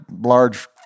large